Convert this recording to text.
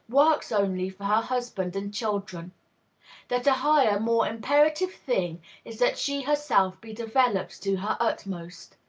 works only for her husband and children that a higher, more imperative thing is that she herself be developed to her utmost.